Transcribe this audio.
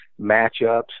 matchups